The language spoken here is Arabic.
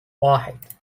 واحد